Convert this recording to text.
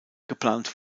geplant